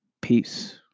Peace